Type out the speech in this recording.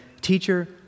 Teacher